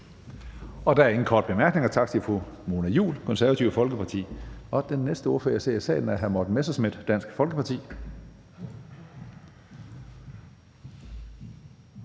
Der er ingen korte bemærkninger. Tak til fru Mona Juul, Det Konservative Folkeparti. Den næste ordfører, jeg ser i salen, er hr. Morten Messerschmidt, Dansk Folkeparti.